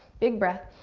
big breath,